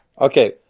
Okay